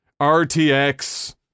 RTX